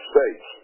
States